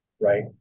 right